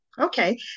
okay